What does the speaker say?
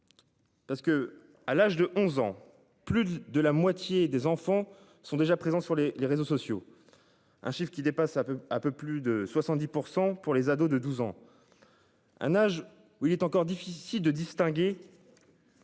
Parce que à l'âge de 11 ans, plus de la moitié des enfants sont déjà présents sur les réseaux sociaux. Un chiffre qui dépasse un peu, un peu plus de 70% pour les ados de 12 ans. Un âge où il est encore difficile de distinguer.